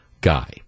guy